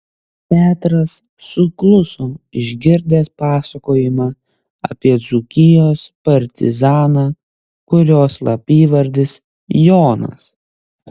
petras sukluso išgirdęs pasakojimą apie dzūkijos partizaną kurio slapyvardis jonas